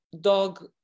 dog